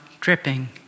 dripping